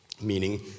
Meaning